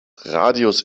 radius